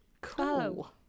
Cool